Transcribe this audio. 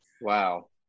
wow